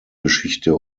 geschichte